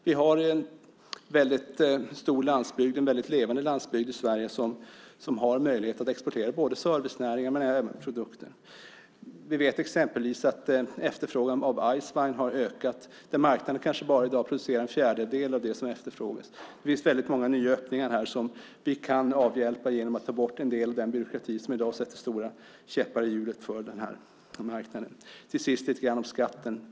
Vi har en mycket stor och levande landsbygd i Sverige som har möjlighet att exportera både servicenäringar och produkter. Vi vet exempelvis att efterfrågan på Eiswein har ökat. I dag producerar marknaden bara en fjärdedel av det som efterfrågas. Det finns många nya öppningar här. Vi kan avhjälpa en del av detta genom att ta bort en del av den byråkrati som i dag sätter stora käppar i hjulet för den här marknaden. Till sist vill jag säga något om skatten.